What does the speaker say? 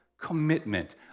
commitment